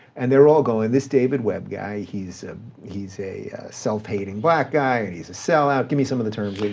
and they're all going, this david webb guy, he's he's a self-hating black guy and he's a sellout. give me some of the terms that you